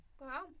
Wow